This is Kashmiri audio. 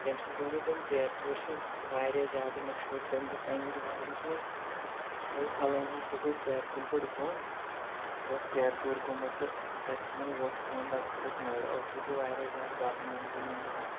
تمہِ سۭتۍ گۄس بہٕ تٔمۍ ژیرٕ ژوٗرِ سۭتۍ واریاہ زیادٕ مشہوٗر تٔمۍ دوٚہ پنٛنِس گامَس منٛز دوٚپ فلٲنۍ ہسا گوٚو ژیرٕ کُلۍ پٮ۪ٹھ بۄن یہِ اوس ژیرٕ ژوٗرِ گوٚمُت تہٕ تَتہِ ژھٕنۍ وۄٹھ بۄن تتہِ فُٹٕس نٔر اوسُس بہٕ واریاہ زیادٕ بد نام تِمن دۄہن